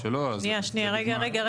שנייה, שנייה, רגע.